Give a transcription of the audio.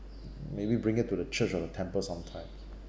maybe bring it to the church or the temple sometimes